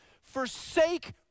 Forsake